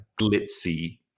glitzy